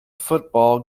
football